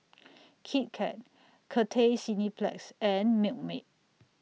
Kit Kat Cathay Cineplex and Milkmaid